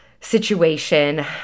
situation